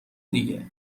دیگه